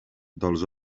dels